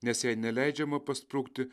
nes jai neleidžiama pasprukti